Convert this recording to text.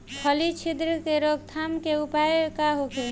फली छिद्र से रोकथाम के उपाय का होखे?